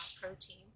protein